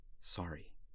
Sorry